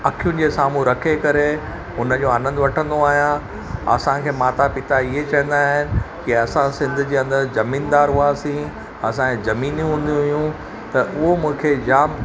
अखियुनि जे साम्हूं रखे करे हुन जो आनंदु वठंदो आहियां असांखे माता पिता इहे चवंदा आहिनि की असां सिंध जे अंदरि जमीनदार हुआसीं असांजे जमीनियूं हूंदियूं हुयूं त उहो मूंखे जाम